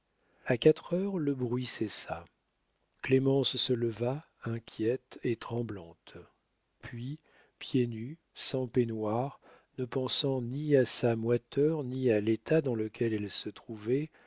a quatre heures le bruit cessa clémence se leva inquiète et tremblante puis pieds nus sans peignoir ne pensant ni à sa moiteur ni à l'état dans lequel elle se trouvait